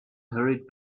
hurried